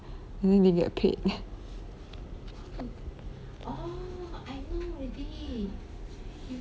then they get paid